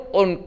on